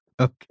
Okay